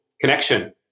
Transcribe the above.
connection